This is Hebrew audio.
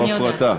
היא לא הפרטה.